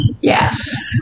Yes